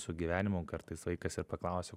su gyvenimu kartais vaikas ir paklausia